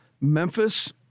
Memphis